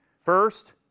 First